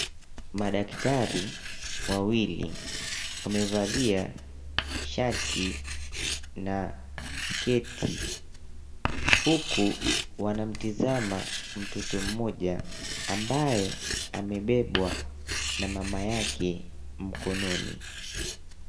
Madaktari wawili waliovalia shati na sketi, huku wanamtazama mtoto mmoja ambaye amebebwa na mama yake mkononi.